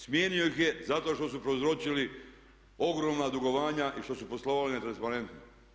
Smijenio ih je zato što su prouzročili ogromna dugovanja i što su poslovali netransparentno.